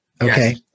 Okay